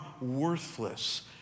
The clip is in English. worthless